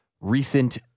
Recent